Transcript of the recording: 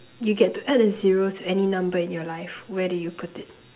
you get to add a zero to any number in your life where do you put it